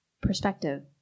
perspective